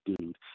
dude